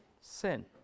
sin